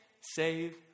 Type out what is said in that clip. save